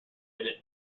minute